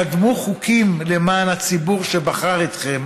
קדמו חוקים למען הציבור שבחר אתכם